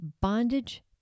bondage